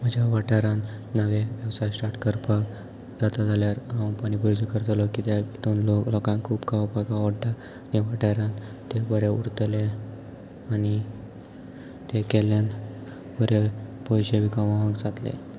म्हज्या वाठारान नवे वेवसाय स्टार्ट करपाक जाता जाल्यार हांव पानी पुरीचो करतलो कित्याक हितून लोक लोकांक खूब खावपाक आवडटा हे वाठारान ते बरे उरतले आनी ते केल्ल्यान बरे पयशे बी कामावंक जातले